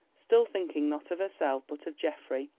still thinking not of herself, but of geoffrey,